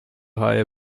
higher